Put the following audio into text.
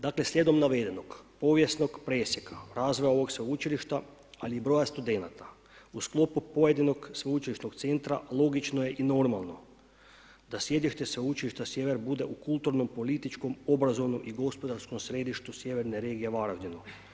Dakle slijedom navedenog povijesnog presjeka razvoja ovog sveučilišta, ali broja studenata u sklopu pojedinog sveučilišnog centra, logično je i normalno da sjedište Sveučilišta Sjever bude u kulturnom, političkom, obrazovnom i gospodarskom središtu sjeverne regije Varaždinu.